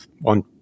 one